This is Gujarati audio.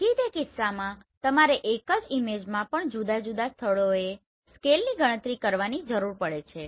તેથી તે કિસ્સામાં તમારે એક જ ઈમેજમાં પણ જુદા જુદા સ્થળોએ સ્કેલની ગણતરી કરવાની જરૂર પડે છે